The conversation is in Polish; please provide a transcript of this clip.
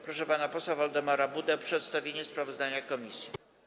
Proszę pana posła Waldemara Budę o przedstawienie sprawozdania komisji.